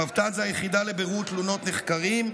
המבת"ן זו היחידה לבירור תלונות נחקרים,